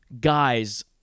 guys